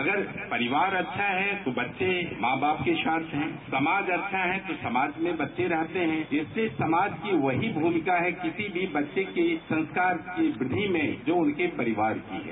अगर परिवार अच्छा है तो बच्चे मां बाप के साथ हैं तो समाज अच्छा है तो समाज में बच्चे रहते हैं इसलिए समाज की वही भूमिका है कि किसी भी समाज में बच्चे के संस्कार की वृद्धि हो जो उनके परिवार का है